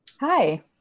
Hi